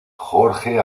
jorge